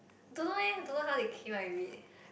don't know eh don't know how they came up with it